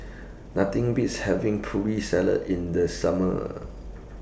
Nothing Beats having Putri Salad in The Summer